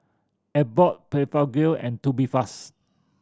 Abbott Blephagel and Tubifast